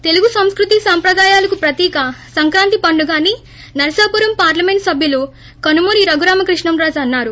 తెలుగు సంస్కృతి సంప్రదాయాలకు ప్రతీక సంక్రాంతి పండుగ అని నరసాపురం పార్లమెంట్ సభ్యులు కనుమూరి రఘురామకృష్ణంరాజు అన్నారు